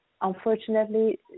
unfortunately